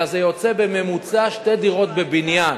אלא זה יוצא בממוצע שתי דירות בבניין.